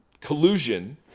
collusion